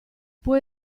puoi